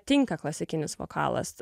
tinka klasikinis vokalas e